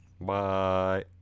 Bye